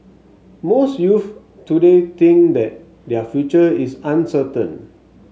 most youths today think that their future is uncertain